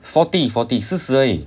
forty forty 四十而已